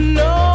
no